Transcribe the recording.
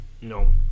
No